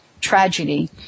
tragedy